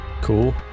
cool